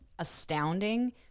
astounding